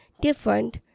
different